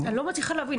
אני לא מצליחה להבין,